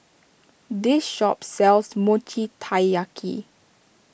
this shop sells Mochi Taiyaki